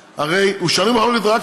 אז אם הוא שנוי במחלוקת, למה הוא נבחר?